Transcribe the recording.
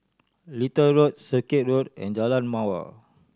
Little Road Circuit Road and Jalan Mawar